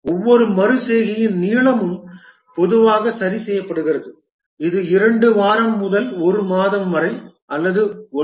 ஒவ்வொரு மறு செய்கையின் நீளமும் பொதுவாக சரி செய்யப்படுகிறது இது 2 வாரம் முதல் 1 மாதம் வரை அல்லது 1